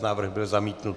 Návrh byl zamítnut.